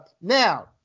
now